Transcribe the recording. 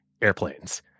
airplanes